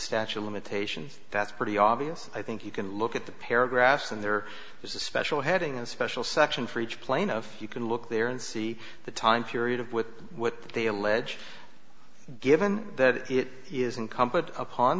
statue of limitations that's pretty obvious i think you can look at the paragraphs and there was a special heading a special section for each plaintiff you can look there and see the time period of with what they allege given that it is